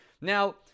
Now